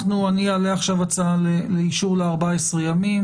אני אעלה עכשיו הצעה לאישור ל-14 ימים,